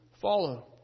follow